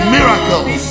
Miracles